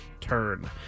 turn